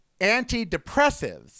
antidepressives